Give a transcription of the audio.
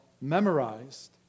memorized